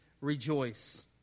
rejoice